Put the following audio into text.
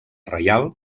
reial